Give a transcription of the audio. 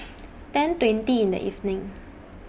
ten twenty in The evening